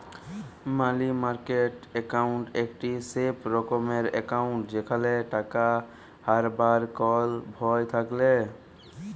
মালি market account একটি safe রকমের account যেখালে টাকা হারাবার কল ভয় থাকেলা